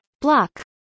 Block